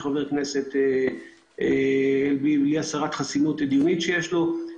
חבר כנסת בלי הסרת חסינות דיונית שיש לו,